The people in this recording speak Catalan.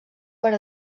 per